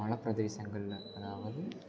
மலைப்பிரதேசங்கள்ல அதாவது